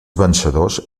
vencedors